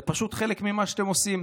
זה פשוט חלק ממה שאתם עושים.